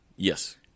Yes